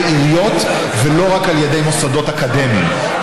עיריות ולא רק על ידי מוסדות אקדמיים.